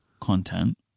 content